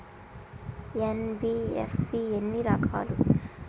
NBFC ఎన్ని రకాలు?